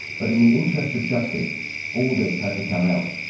but in the interests of justice all this had to come out.